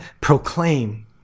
proclaim